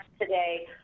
today